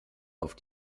auf